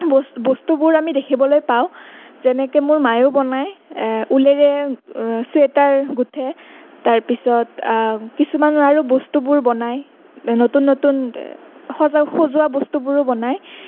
ব বস্তুবোৰ আমি দেখিবলৈ পাওঁ যেনেকৈ মোৰ মায়েও বনায় উলেৰে চোৱেটাৰ গুঠে তাৰপিছত কিছুমান আৰু বস্তুবোৰ বনায় নতুন নতুন সজা সজোৱা বস্তুবোৰো বনায়